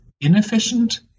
inefficient